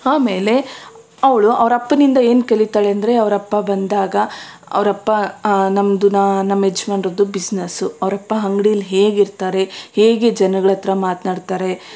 ಆಮೇಲೆ ಅವಳು ಅವರಪ್ಪನಿಂದ ಏನು ಕಲೀತಾಳೆ ಅಂದರೆ ಅವರಪ್ಪ ಬಂದಾಗ ಅವರಪ್ಪ ನಮ್ಮದು ನಮ್ಮ ಯಜಮಾನ್ರದ್ದು ಬಿಸ್ನೆಸ್ಸು ಅವ್ರಪ್ಪ ಅಂಗಡೀಲಿ ಹೇಗಿರ್ತಾರೆ ಹೇಗೆ ಜನಗಳ ಹತ್ರ ಮಾತನಾಡ್ತಾರೆ